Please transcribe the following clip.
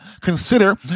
consider